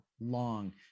long